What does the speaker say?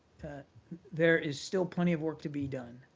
there is still plenty of work to be done